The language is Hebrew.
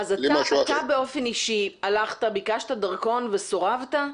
אתה באופן אישי ביקשת דרכון וסורבת?